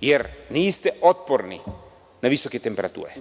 jer niste otporni na visoke temperature.